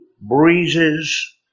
breezes